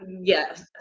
yes